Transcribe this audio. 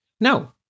No